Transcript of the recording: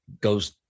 goes